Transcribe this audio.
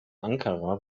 ankara